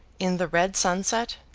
in the red sunset,